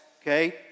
okay